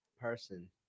person